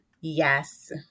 Yes